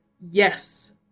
yes